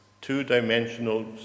two-dimensional